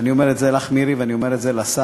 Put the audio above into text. ואני אומר את זה לך, מירי, ואני אומר את זה לשר